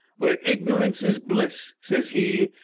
where ignorance is bliss, says he,